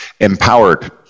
empowered